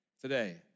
today